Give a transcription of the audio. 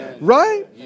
Right